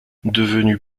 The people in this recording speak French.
devenu